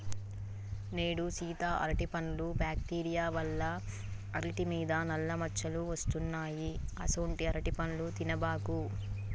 నేడు సీత అరటిపండ్లు బ్యాక్టీరియా వల్ల అరిటి మీద నల్ల మచ్చలు వస్తున్నాయి అసొంటీ అరటిపండ్లు తినబాకు